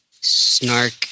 snark